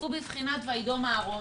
הוא בבחינת "ויידום אהרון".